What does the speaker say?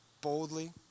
boldly